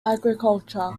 agriculture